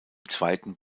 zweiten